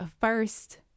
first